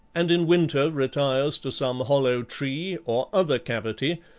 and in winter retires to some hollow tree or other cavity,